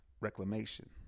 reclamation